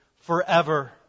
forever